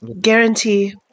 guarantee